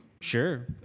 sure